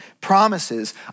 promises